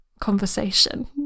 conversation